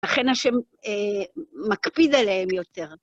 לכן השם מקפיד עליהם יותר.